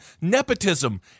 nepotism